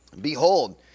Behold